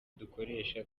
dukoresha